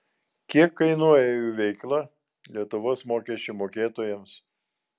kiek kainuoja jų veikla lietuvos mokesčių mokėtojams